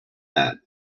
that